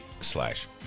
slash